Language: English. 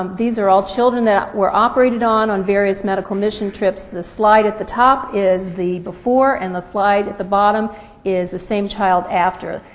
um these are all children that were operated on on various medical mission trips. the slide at the top is the before and the slide at the bottom is the same child after.